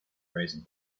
raising